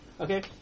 Okay